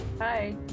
Hi